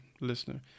listener